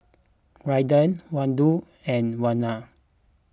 Raiden Waldo and Werner